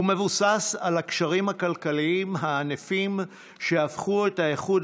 הוא מבוסס על הקשרים הכלכליים הענפים שהפכו את האיחוד